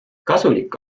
kasulik